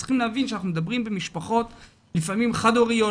צריך להבין שאנחנו מדברים במשפחות לפעמים חד הוריות,